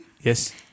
Yes